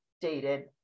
dated